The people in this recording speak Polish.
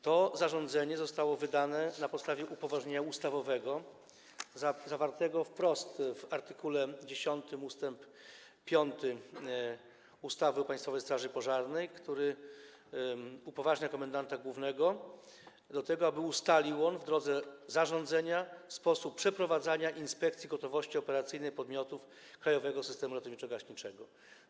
To zarządzenie zostało wydane na podstawie upoważnienia ustawowego zawartego wprost w art. 10 ust. 5 ustawy o Państwowej Straży Pożarnej, który upoważnia komendanta głównego do tego, aby ustalił, w drodze zarządzenia, sposób przeprowadzania inspekcji gotowości operacyjnej podmiotów krajowego systemu ratowniczo-gaśniczego.